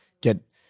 get